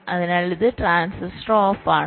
അതിനാൽ ഈ transistor off ആണ്